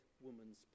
woman's